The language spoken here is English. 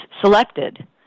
selected